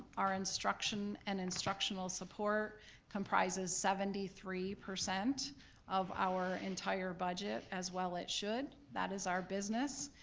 our instruction and instructional support comprises seventy three percent of our entire budget, as well it should, that is our business.